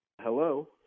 Hello